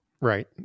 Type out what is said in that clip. Right